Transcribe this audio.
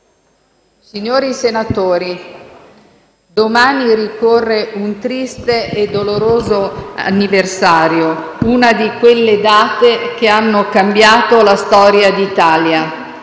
Signori senatori, domani ricorre un triste e doloroso anniversario, una di quelle date che hanno cambiato la storia d'Italia